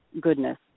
goodness